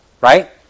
Right